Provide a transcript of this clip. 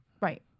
Right